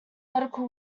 medical